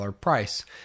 price